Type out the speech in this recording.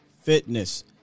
Fitness